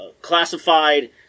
classified